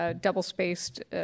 double-spaced